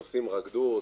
הנוסעים רקדו,